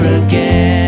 again